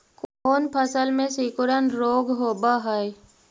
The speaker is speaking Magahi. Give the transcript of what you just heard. कोन फ़सल में सिकुड़न रोग होब है?